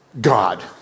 God